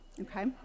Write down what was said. okay